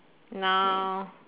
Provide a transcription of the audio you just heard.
now